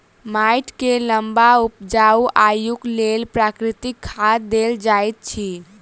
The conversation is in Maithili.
माइट के लम्बा उपजाऊ आयुक लेल प्राकृतिक खाद देल जाइत अछि